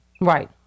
right